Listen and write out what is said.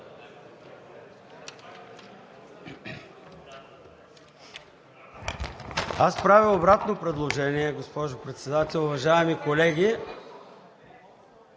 Аз правя обратно предложение, госпожо Председател. Уважаеми колеги,